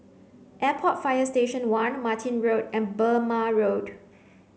Airport Fire Station One Martin Road and Burmah Road